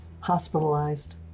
hospitalized